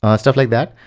stuff like that.